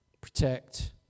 protect